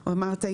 אמרת,